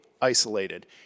Isolated